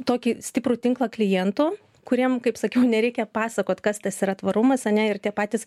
tokį stiprų tinklą klientų kuriem kaip sakiau nereikia pasakot kas tas yra tvarumas ane ir tie patys